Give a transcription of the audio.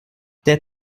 der